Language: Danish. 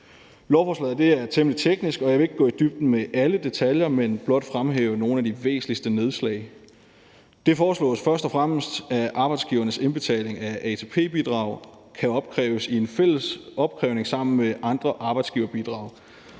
Lovforslaget er temmelig teknisk, og jeg vil ikke gå i dybden med alle detaljer, men blot fremhæve nogle af de væsentligste nedslag. Det foreslås først og fremmest, at arbejdsgivernes indbetaling af ATP-bidrag kan opkræves i en fælles opkrævning sammen med andre arbejdsgiverbidrag.